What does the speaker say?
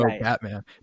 Batman